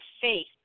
faith